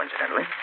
incidentally